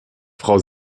frau